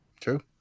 true